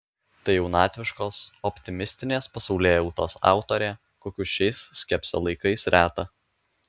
tai jaunatviškos optimistinės pasaulėjautos autorė kokių šiais skepsio laikais reta